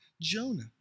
Jonah